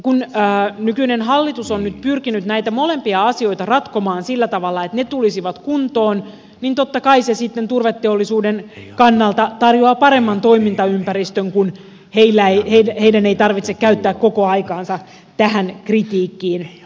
kun nykyinen hallitus on nyt pyrkinyt näitä molempia asioita ratkomaan sillä tavalla että ne tulisivat kuntoon niin totta kai se sitten turveteollisuuden kannalta tarjoaa paremman toimintaympäristön kun heidän ei tarvitse käyttää koko aikaansa tähän kritiikkiin vastaamiseen